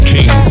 King